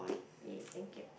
!yay! thank you